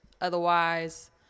Otherwise